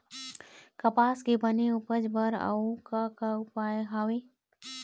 कपास के बने उपज बर अउ का का उपाय हवे?